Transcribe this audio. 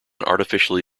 artificially